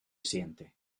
siente